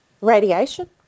Radiation